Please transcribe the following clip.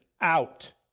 Out